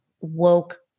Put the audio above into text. woke